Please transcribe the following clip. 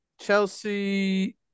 Chelsea